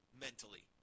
mentally